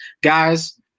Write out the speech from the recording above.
Guys